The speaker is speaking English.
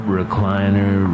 recliner